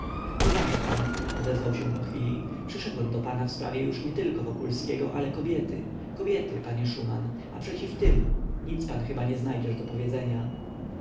uważa pan odezwał się pochwili przyszedłem do pana w sprawie już nietylko wokulskiego ale kobiety kobiety panie szuman a przeciw tym nic pan chyba nie znajdziesz do powiedzenia